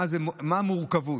מה המורכבות,